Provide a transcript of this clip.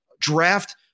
draft